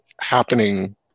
happening